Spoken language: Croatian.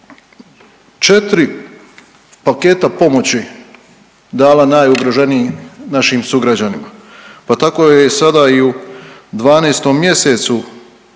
4 paketa pomoći dala najugroženijim našim sugrađanima, pa tako je sada i u 12. mjesecu